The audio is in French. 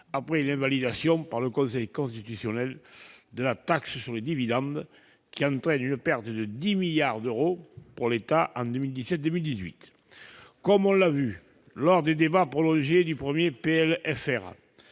après l'invalidation par le Conseil constitutionnel de la taxe sur les dividendes, laquelle entraîne une perte de 10 milliards d'euros pour l'État en 2017-2018. Comme on l'a vu lors des débats prolongés du premier projet